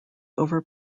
over